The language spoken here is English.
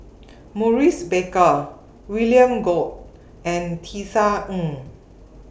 Maurice Baker William Goode and Tisa Ng